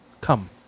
Come